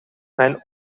mijn